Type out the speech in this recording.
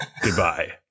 Goodbye